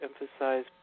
emphasize